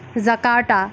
Jakarta